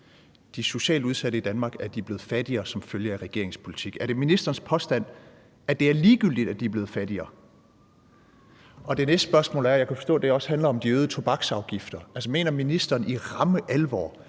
de socialt udsatte i Danmark, at de er blevet fattigere som følge af regeringens politik? Er det ministerens påstand, at det er ligegyldigt, at de er blevet fattigere? Og så er der det næste spørgsmål. Jeg kunne forstå, at det også handler om de øgede tobaksafgifter. Altså, mener ministeren i ramme alvor,